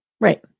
right